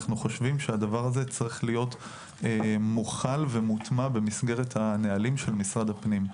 אנחנו חושבים שהדבר הזה צריך להיות מוטמע במסגרת הנהלים של משרד הפנים.